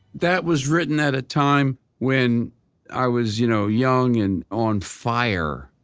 that was written at a time when i was you know young and on fire,